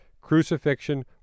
Crucifixion